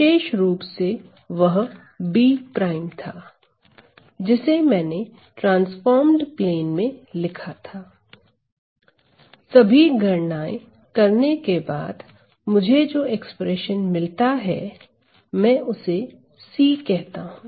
विशेष रुप से वह B प्राइम था जिसे मैंने ट्रांसफॉर्म्ड प्लेन में लिखा था सभी गणनाए करने के बाद मुझे जो एक्सप्रेशन मिलता है मैं उसे C कहता हूं